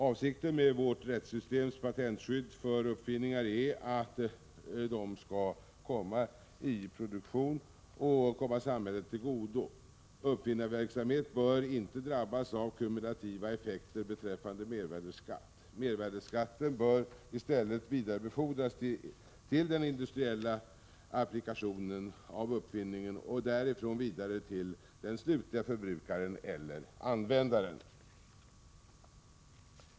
Avsikten med vårt rättssystems patentskydd för uppfinningar är att de skall komma ut i produktion och komma samhället till godo. Uppfinnarverksamhet bör inte drabbas av kumulativa effekter beträffande mervärdeskatt. Mervärdeskatten bör i stället vidareföras till den industriella applikationen av uppfinningen och därifrån vidare till den slutliga förbrukaren eller användaren.